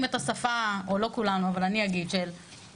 את השפה או לא כולנו אבל אני אגיד שדפא